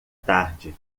tarde